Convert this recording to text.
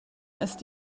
ist